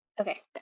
Okay